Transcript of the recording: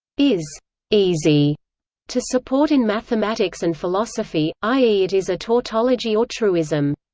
is easy to support in mathematics and philosophy, i e. it is a tautology or truism.